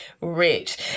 rich